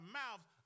mouths